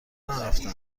نرفته